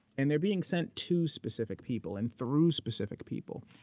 and they're being sent to specific people and through specific people.